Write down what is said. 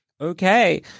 Okay